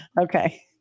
Okay